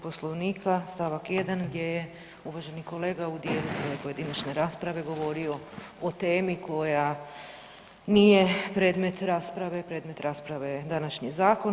Poslovnika, st. 1. gdje je uvaženi kolega u dijelu svoje pojedinačne rasprave govorio o temi koja nije predmet rasprave, predmet rasprave je današnji zakon.